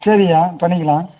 சரியா பண்ணிக்கலாம்